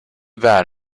bad